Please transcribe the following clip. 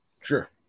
Sure